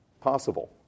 possible